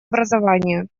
образованию